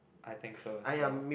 I think so as well